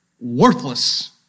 worthless